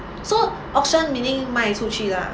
so auction meaning 卖出去 lah